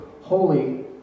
holy